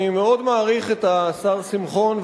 אני מאוד מעריך את השר שמחון,